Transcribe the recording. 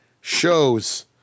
shows